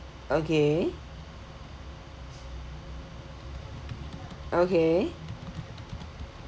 okay okay